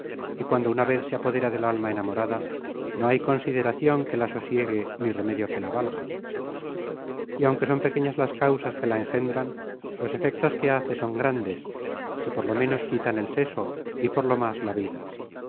y cuando una vez se apodera del alma enamorada no hay consideracion que la sosiegue ni remedio que la valga y aunque son pequeñas las causas que la engendran los efectos que hace son grandes que por lo ménos quitan el seso y por lo más la vida